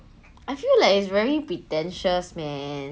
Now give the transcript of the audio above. I feel like it's very pretentious man